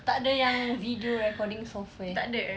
takde yang video recording software